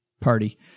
party